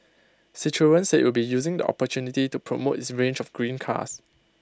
citroen said IT will be using the opportunity to promote its range of green cars